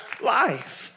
life